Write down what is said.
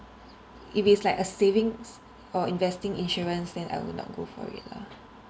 if it's like a savings or investing insurance then I will not go for it lah